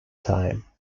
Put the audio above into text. time